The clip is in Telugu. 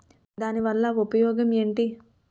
దాని వల్ల ఉపయోగం ఎంటి?